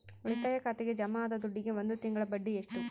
ಉಳಿತಾಯ ಖಾತೆಗೆ ಜಮಾ ಆದ ದುಡ್ಡಿಗೆ ಒಂದು ತಿಂಗಳ ಬಡ್ಡಿ ಎಷ್ಟು?